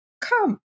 come